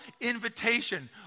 invitation